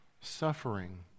suffering